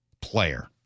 player